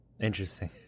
Interesting